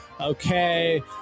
Okay